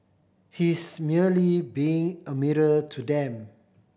he's merely being a mirror to them